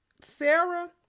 Sarah